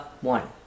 one